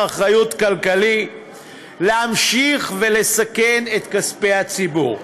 אחריות כלכלי להמשיך ולסכן את כספי הציבור.